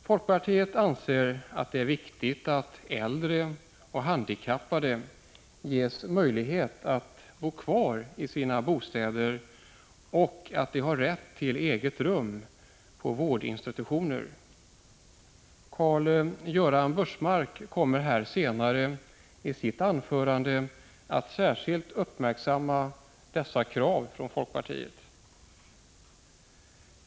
Folkpartiet anser att det är viktigt att äldre och handikappade ges möjlighet att bo kvar i sina bostäder och att de har rätt till eget rum på vårdinstitutioner. Karl-Göran Biörsmark kommer senare i sitt anförande att särskilt uppmärksamma dessa krav från folkpartiet.